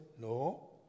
no